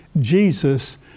Jesus